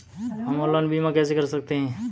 हम ऑनलाइन बीमा कैसे कर सकते हैं?